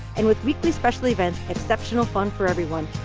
and with weekly special events, exceptional fun for everyone!